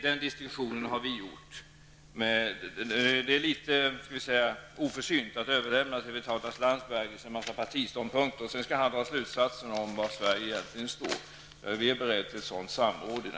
Den distinktionen har vi gjort. Det är litet oförsynt att överlämna en massa partiståndpunkter till Vitautas Landsbergis och låta honom av dem dra slutsatser om var Sverige egentligen står. Vi är berredda till ett sådant samråd.